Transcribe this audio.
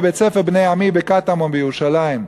בבית-ספר "בני עמי" בקטמון בירושלים.